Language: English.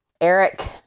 Eric